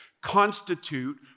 constitute